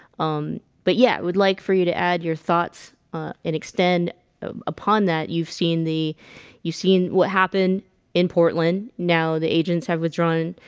um, but yeah, i would like for you to add your thoughts, ah and extend upon that you've seen the you've seen what happened in portland now, the agents have withdrawn,